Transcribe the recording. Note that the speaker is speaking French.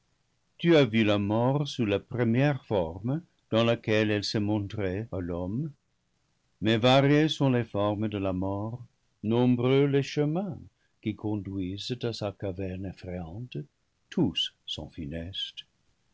tu as vu la mort sous la première forme dans laquelle elle s'est montrée à l'homme mais variées sont les formes de la mort nombreux les chemins qui conduisent à sa caverne effrayante tous sont funestes